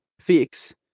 fix